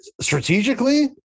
strategically